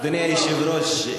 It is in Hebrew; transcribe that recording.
אדוני היושב-ראש,